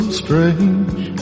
strange